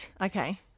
Okay